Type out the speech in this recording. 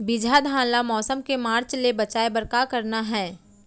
बिजहा धान ला मौसम के मार्च ले बचाए बर का करना है?